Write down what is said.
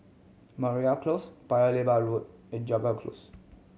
Mariam Close Paya Lebar Road and Jago Close